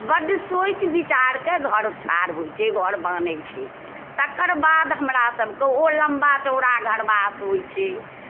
बड्ड सोचि विचारि कऽ घर ठाढ़ होइ छै घर बान्है छै तकरबाद हमरासभके ओ लम्बा चौड़ा घरवास होइ छै